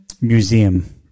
Museum